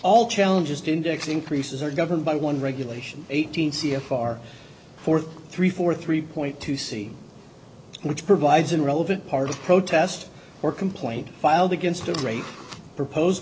all challenges to index increases are governed by one regulation eight hundred see a far forth three four three point two see which provides an relevant part of protest or complaint filed against a great proposed